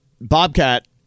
Bobcat